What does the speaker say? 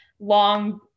Long